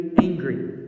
angry